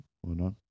whatnot